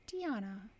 Diana